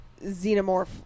Xenomorph